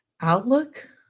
outlook